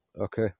okay